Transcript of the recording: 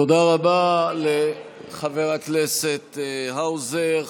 תודה רבה לחבר הכנסת האוזר.